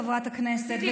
חברת הכנסת,